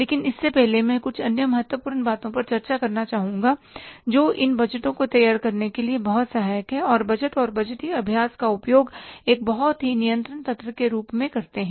लेकिन इससे पहले मैं कुछ अन्य महत्वपूर्ण बातों पर चर्चा करना चाहूँगा जो इन बजटों को तैयार करने के लिए बहुत सहायक हैं और बजट और बजटीय अभ्यास का उपयोग एक बहुत ही नियंत्रण तंत्र के रूप में करते हैं